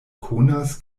konas